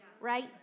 right